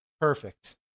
Perfect